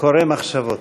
קורא מחשבות.